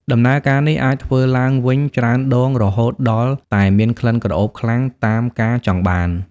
ដំណើរការនេះអាចធ្វើឡើងវិញច្រើនដងរហូតដល់តែមានក្លិនក្រអូបខ្លាំងតាមការចង់បាន។